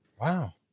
Wow